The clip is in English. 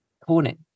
cornet